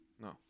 No